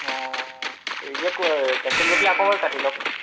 অঁ reject cancel কৰি পেলাই আকৌ কাটি লওক